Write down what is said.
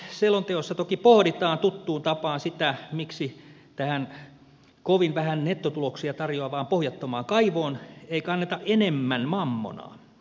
selonteossa toki pohditaan tuttuun tapaan sitä miksi tähän kovin vähän nettotuloksia tarjoavaan pohjattomaan kaivoon ei kanneta enemmän mammonaa